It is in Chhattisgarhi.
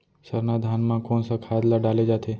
सरना धान म कोन सा खाद ला डाले जाथे?